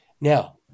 Now